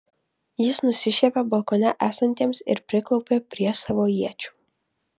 jis nusišiepė balkone esantiems ir priklaupė prie savo iečių